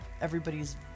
everybody's